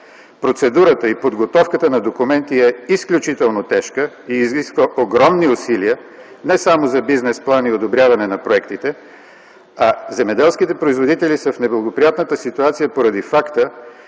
„Процедурата и подготовката на документи е изключително тежка и изисква огромни усилия не само за бизнес плана и одобряването на проектите, а земеделските производители са в неблагоприятната ситуация поради факта,